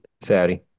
Saudi